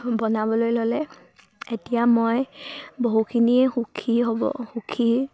বনাবলৈ ল'লে এতিয়া মই বহুখিনিয়ে সুখী হ'ব সুখী